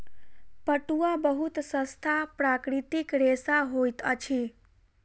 पटुआ बहुत सस्ता प्राकृतिक रेशा होइत अछि